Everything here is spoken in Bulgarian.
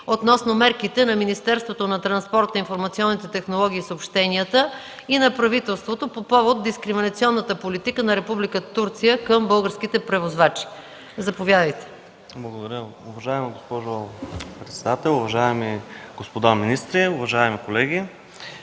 относно мерките на Министерството на транспорта, информационните технологии и съобщенията и на правителството по повод дискриминационната политика на Република Турция към българските превозвачи. Заповядайте, господин Колев. КИРИЛ КОЛЕВ (Атака): Благодаря. Уважаема госпожо председател, уважаеми господа министри, уважаеми колеги!